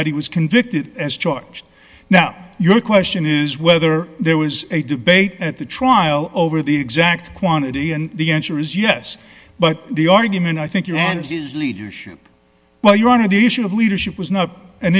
that he was convicted as charged now your question is whether there was a debate at the trial over the exact quantity and the answer is yes but the argument i think you and his leadership but you want to the issue of leadership was not an